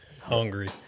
hungry